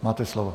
Máte slovo.